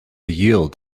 yield